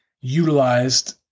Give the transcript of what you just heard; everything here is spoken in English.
utilized